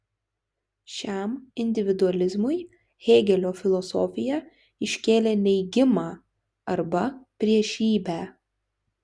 šiam individualizmui hėgelio filosofija iškėlė neigimą arba priešybę